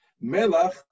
Melach